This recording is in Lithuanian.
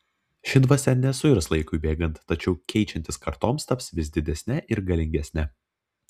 ši dvasia nesuirs laikui bėgant tačiau keičiantis kartoms taps vis didesne ir galingesne